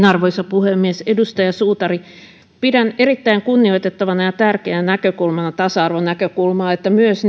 arvoisa puhemies edustaja suutari pidän erittäin kunnioitettavana ja tärkeänä näkökulmana tasa arvonäkökulmaa että myös